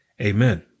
Amen